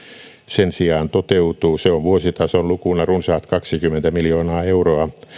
sen sijaan toteutuu se on vuositason lukuna runsaat kaksikymmentä miljoonaa euroa